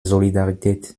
solidarität